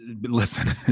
Listen